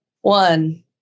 One